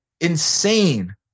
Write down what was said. insane